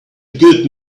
good